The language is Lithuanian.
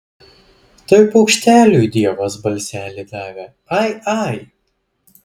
tai paukšteliui dievas balselį davė ai ai